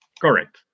Correct